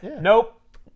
Nope